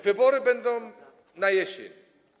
Wybory będą na jesieni.